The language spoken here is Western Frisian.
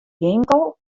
winkel